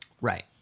Right